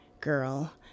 girl